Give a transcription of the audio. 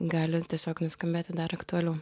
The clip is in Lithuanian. gali tiesiog nuskambėti dar aktualiau